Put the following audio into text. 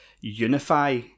unify